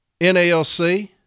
NALC